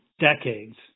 decades